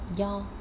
ya